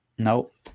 Nope